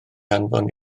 anfon